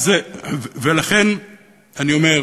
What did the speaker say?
ולכן אני אומר,